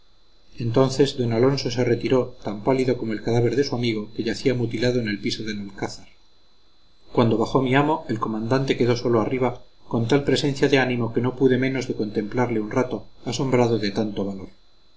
entonces d alonso se retiró tan pálido como el cadáver de su amigo que yacía mutilado en el piso del alcázar cuando bajó mi amo el comandante quedó solo arriba con tal presencia de ánimo que no pude menos de contemplarle un rato asombrado de tanto valor